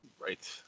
Right